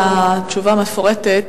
על התשובה המפורטת,